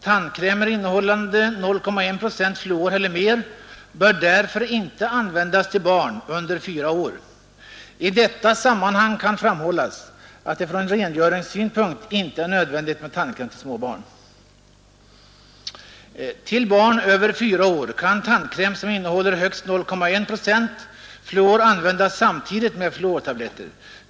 Tandkrämer innehållande 0,1 procent fluor eller mer bör därför inte användas till barn under fyra år. I detta sammanhang kan framhållas att det från rengöringssynpunkt inte är nödvändigt med tandkräm till småbarn. Till barn över fyra år kan tandkräm som innehåller högst 0,1 procent fluor användas samtidigt med fluortabletter.